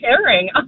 caring